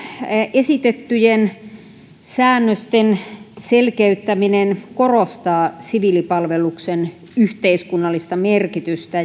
esitettyjen säännösten selkeyttäminen korostaa siviilipalveluksen yhteiskunnallista merkitystä